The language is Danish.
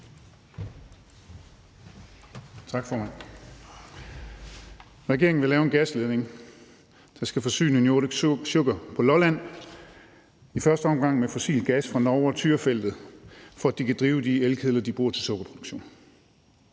Tak, formand. Regeringen vil lave en gasledning, der skal forsyne Nordic Sugar på Lolland – i første omgang med fossil gas fra Norge og Tyrafeltet – for at de kan drive de elkedler, de bruger til sukkerproduktionen.